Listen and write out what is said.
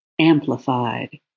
amplified